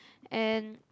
and